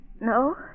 No